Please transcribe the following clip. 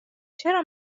چرا